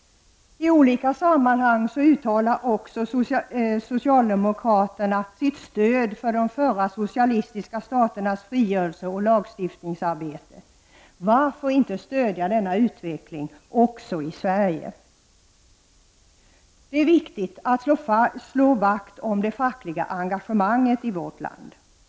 I olika sammanhang uttalar socialdemokraterna sitt stöd för de förra socialistiska staternas frigörelse och lagstiftningsarbete. Varför inte stödja denna utveckling också i Sverige? Det är viktigt att slå vakt om det fackliga engagemanget i vårt land.